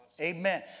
Amen